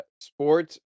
Sports